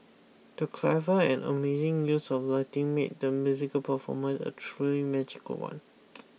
the clever and amazing use of lighting made the musical performance a truly magical one